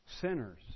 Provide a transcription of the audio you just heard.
sinners